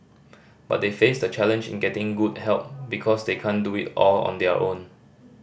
but they face the challenge in getting good help because they can't do it all on their own